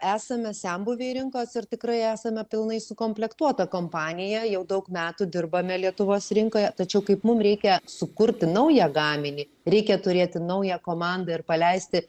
esame senbuviai rinkos ir tikrai esame pilnai sukomplektuota kompanija jau daug metų dirbame lietuvos rinkoje tačiau kaip mum reikia sukurti naują gaminį reikia turėti naują komandą ir paleisti